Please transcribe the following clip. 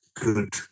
good